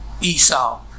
Esau